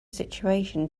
situation